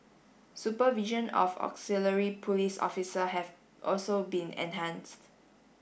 supervision of auxiliary police officer have also been enhanced